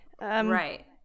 Right